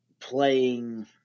playing